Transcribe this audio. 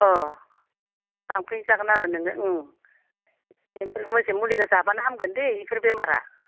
अह लांफैजागोन आरो नोङो ओम बेफोर बायदिया मुलिखौ जाबानो हागोन दै बेफोर बेमारा